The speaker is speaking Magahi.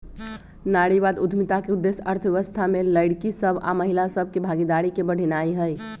नारीवाद उद्यमिता के उद्देश्य अर्थव्यवस्था में लइरकि सभ आऽ महिला सभ के भागीदारी के बढ़ेनाइ हइ